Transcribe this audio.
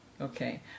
Okay